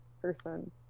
person